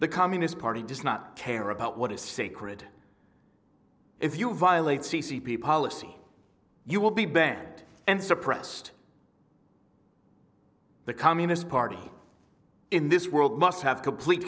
the communist party does not care about what is sacred if you violate c c p policy you will be banned and suppressed the communist party in this world must have complete